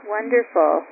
Wonderful